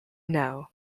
know